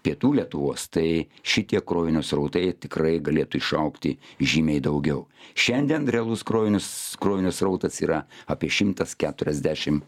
pietų lietuvos tai šitie krovinio srautai tikrai galėtų išaugti žymiai daugiau šiandien realus krovinius krovinio srautas yra apie šimtas keturiasdešim